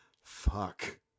Fuck